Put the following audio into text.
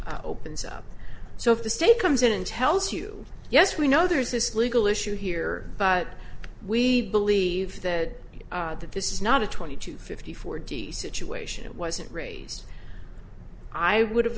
opens up so if the state comes in and tells you yes we know there's this legal issue here but we believe that that this is not a twenty to fifty four d situation it wasn't raised i would have